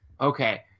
Okay